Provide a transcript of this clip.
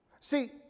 See